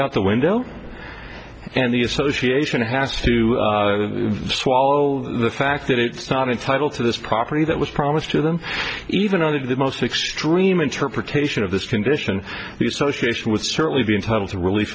out the window and the association has to swallow the fact that it's not entitled to this property that was promised to them even under the most extreme interpretation of this condition the associated with certainly be entitled to rel